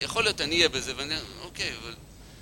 יכול להיות אני אהיה בזה ואני... אוקיי, אבל...